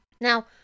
Now